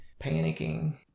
panicking